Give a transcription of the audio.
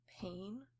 pain